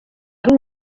ari